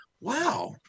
wow